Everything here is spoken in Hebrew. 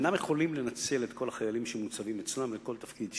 אינם יכולים לנצל את כל החיילים שמוצבים אצלם לכל תפקיד שיטור,